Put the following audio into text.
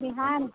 Bihar